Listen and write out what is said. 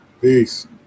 peace